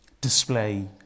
display